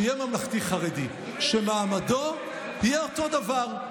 שיהיה ממלכתי-חרדי, שמעמדו יהיה אותו הדבר.